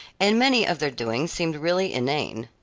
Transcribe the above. and many of their doings seemed really inane.